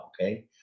okay